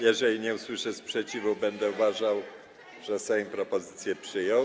Jeżeli nie usłyszę sprzeciwu, będę uważał, że Sejm propozycję przyjął.